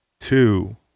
Two